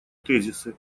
тезисы